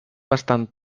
bastant